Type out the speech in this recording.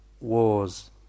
wars